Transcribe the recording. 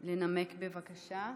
לנמק, בבקשה.